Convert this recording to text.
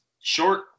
short